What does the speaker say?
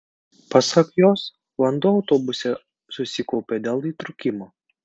pasak jos vanduo autobuse susikaupė dėl įtrūkimo